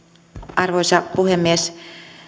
arvoisa puhemies